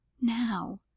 now